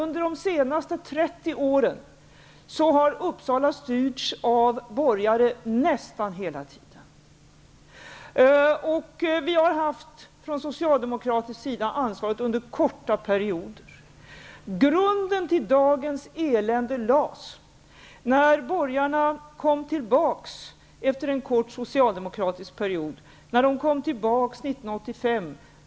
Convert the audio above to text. Under de senaste 30 åren har Uppsala styrts av borgare nästan hela tiden. Socialdemokraterna har haft ansvaret under kortare perioder. Grunden till dagens elände lades när borgarna kom tillbaka efter en kort socialdemokratisk period 1985.